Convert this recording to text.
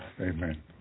Amen